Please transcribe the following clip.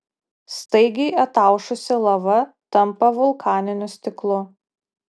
staigiai ataušusi lava tampa vulkaniniu stiklu